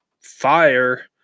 fire